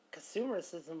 consumerism